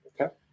Okay